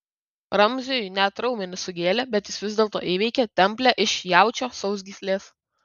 ramziui net raumenis sugėlė bet jis vis dėlto įveikė templę iš jaučio sausgyslės